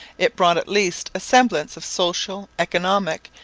it brought at least a semblance of social, economic,